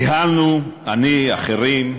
ניהלנו, אני, אחרים,